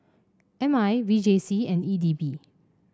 M I V J C and E D B